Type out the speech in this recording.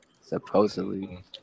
Supposedly